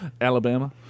Alabama